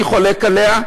אני חולק עליה,